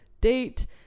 date